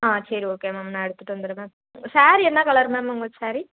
ஆ சரி okay ma'am நான் எடுத்துகிட்டு வந்துடுறேன் ஸேரீ என்ன கலர் மேம் உங்கள் ஸேரீ